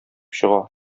чыга